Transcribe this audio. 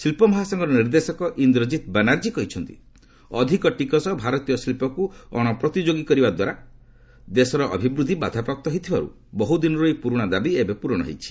ଶିଳ୍ପମହାସଂଘର ନିର୍ଦ୍ଦେଶକ ଚନ୍ଦ୍ରଜିତ ବାନାର୍ଜୀ କହିଛନ୍ତି ଅଧିକ ଟିକସ ଭାରତୀୟ ଶିଳ୍ପକ୍ ଅଣପ୍ରତିଯୋଗୀ କରିବା ଦ୍ୱାରା ଦେଶର ଅଭିବୃଦ୍ଧି ବାଧାପ୍ରାପ୍ତ ହୋଇଥିବାରୁ ବହୁଦିନରୁ ଏହି ପୁରୁଣା ଦାବି ଏବେ ପୂରଣ ହୋଇଛି